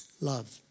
Love